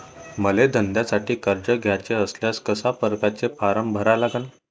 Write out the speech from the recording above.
मले धंद्यासाठी कर्ज घ्याचे असल्यास कशा परकारे फारम भरा लागन?